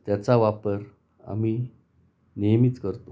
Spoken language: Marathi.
त्याचा वापर आम्ही नियमित करतो